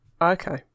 Okay